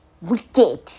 Wicked